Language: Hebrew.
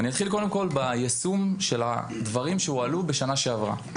אני אתחיל קודם כל ביישום של הדברים שהועלו כאן בשנה שעברה.